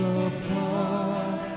apart